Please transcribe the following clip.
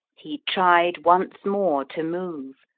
he tried once more to move,